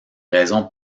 raisons